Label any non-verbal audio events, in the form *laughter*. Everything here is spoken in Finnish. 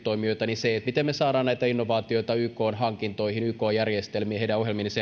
toimijoita niin se miten me saamme näitä innovaatioita ykn hankintoihin yk järjestelmiin heidän ohjelmiinsa *unintelligible*